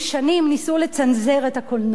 שנים ניסו לצנזר את הקולנוע.